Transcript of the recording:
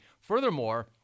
Furthermore